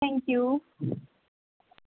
thank you